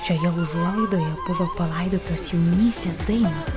šioje užuolai buvo palaidotos jaunystės dainos